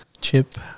Chip